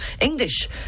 English